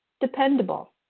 Dependable